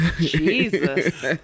Jesus